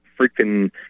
freaking